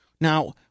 Now